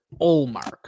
Olmark